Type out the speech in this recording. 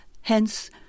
hence